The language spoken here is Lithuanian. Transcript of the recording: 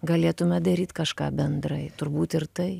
galėtume daryt kažką bendrai turbūt ir tai